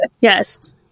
Yes